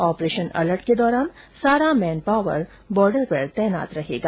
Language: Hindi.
ऑपरेशन अलर्ट के दौरान सारा मैनपावर बोर्डर पर तैनात रहेगा